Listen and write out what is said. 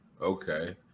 Okay